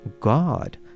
God